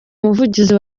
umuvugizi